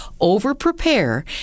Over-prepare